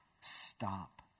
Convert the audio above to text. stop